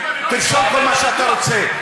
תרשום כל מה שאתה רוצה.